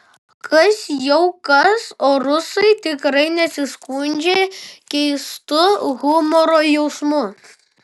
kas jau kas o rusai tikrai nesiskundžia keistu humoro jausmu